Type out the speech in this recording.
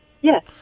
Yes